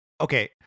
okay